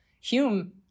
Hume